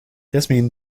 jasmin